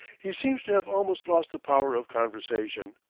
he seems to have almost lost the power of conversation.